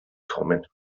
kommen